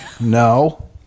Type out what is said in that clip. No